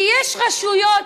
כי יש רשויות